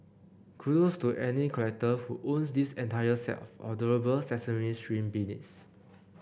kudos to any collector who owns this entire set of adorable Sesame Street beanies